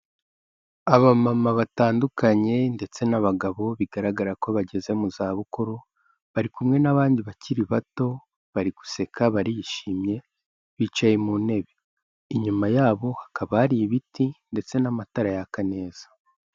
Abamama batandukanye ndetse n'abagabo bigaragara ko bageze mu zabukuru, bari kumwe n'abandi bakiri bato, bari guseka, barishimye bicaye mu ntebe. Inyuma yabo, hakaba hari ibiti ndetse n'amatara yaka neza.